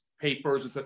papers